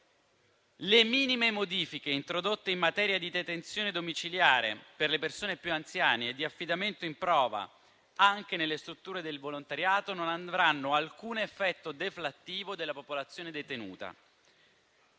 Le minime modifiche introdotte in materia di detenzione domiciliare per le persone più anziane e di affidamento in prova anche nelle strutture del volontariato non avranno alcun effetto deflattivo della popolazione detenuta.